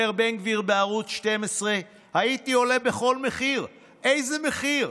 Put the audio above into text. אומר בן גביר בערוץ 12: "הייתי עולה בכל מחיר" איזה מחיר?